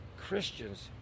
Christians